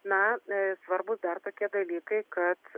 na svarbūs dar tokie dalykai kad